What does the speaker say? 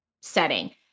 setting